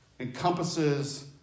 Encompasses